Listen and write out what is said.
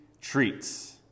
treats